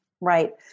Right